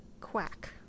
quack